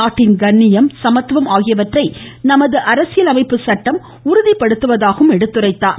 நாட்டின் கண்ணியம் சமத்துவம் ஆகியவற்றை நமது அரசியல் அமைப்புச் சட்டம் உறுதிப் படுத்துவதாகவும் எடுத்துரைத்தார்